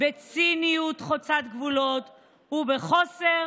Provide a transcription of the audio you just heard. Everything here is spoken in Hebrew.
בציניות חוצת גבולות ובחוסר